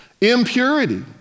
impurity